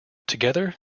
together